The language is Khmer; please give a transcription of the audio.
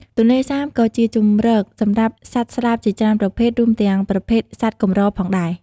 ទន្លេសាបក៏ជាជម្រកសម្រាប់សត្វស្លាបជាច្រើនប្រភេទ រួមទាំងប្រភេទសត្វកម្រផងដែរ។